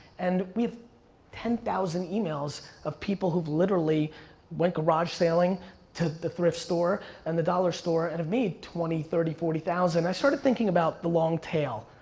and we have ten thousand emails of people who've literally went garage selling to the thrift store and the dollar store and have made twenty, thirty, forty thousand. i started thinking about the long tail,